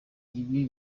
ibi